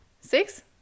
Six